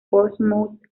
portsmouth